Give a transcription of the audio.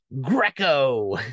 Greco